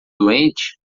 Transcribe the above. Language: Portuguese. doente